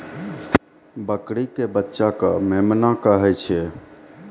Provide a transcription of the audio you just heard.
बकरी के बच्चा कॅ मेमना कहै छै